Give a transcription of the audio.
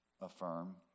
affirm